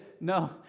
No